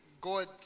God